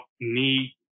need